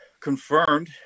confirmed